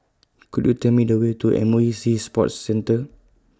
Could YOU Tell Me The Way to M O E Sea Sports Centre